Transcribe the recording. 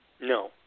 No